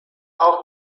auch